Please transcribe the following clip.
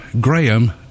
Graham